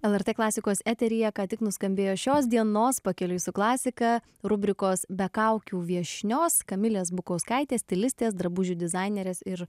lrt klasikos eteryje ką tik nuskambėjo šios dienos pakeliui su klasika rubrikos be kaukių viešnios kamilės bukauskaitės stilistės drabužių dizainerės ir